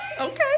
Okay